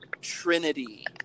Trinity